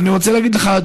ואני רוצה להגיד לך,